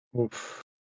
Oof